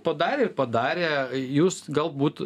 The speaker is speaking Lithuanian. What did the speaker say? padarė ir padarė jūs galbūt